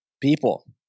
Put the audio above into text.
people